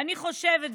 אני חושבת,